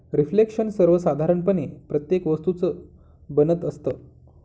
reflection सर्वसाधारणपणे प्रत्येक वस्तूचं बनत असतं